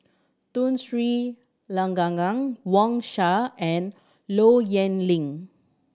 Tun Sri Lanang Wang Sha and Low Yen Ling